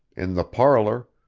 in the parlor,